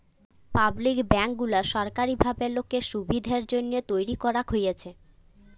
public bank গুলা সরকারি ভাবে লোকের সুবিধের জন্যহে তৈরী করাক হয়েছে